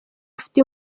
ufite